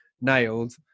nailed